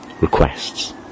requests